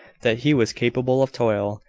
that he was capable of toil,